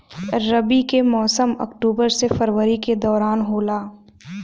रबी के मौसम अक्टूबर से फरवरी के दौरान होला